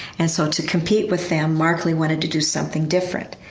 and so to compete with them, markley wanted to do something different.